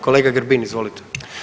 Kolega Grbin, izvolite.